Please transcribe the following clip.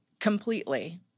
completely